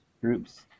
groups